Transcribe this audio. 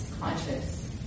conscious